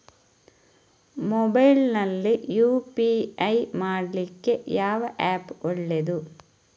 Mobile ನಲ್ಲಿ UPI ಮಾಡ್ಲಿಕ್ಕೆ ಯಾವ ಆ್ಯಪ್ ಒಳ್ಳೇದು?